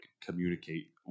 communicate